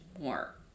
more